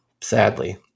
sadly